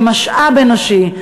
למשאב אנושי,